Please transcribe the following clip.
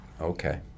Okay